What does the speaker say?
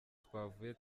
twavuye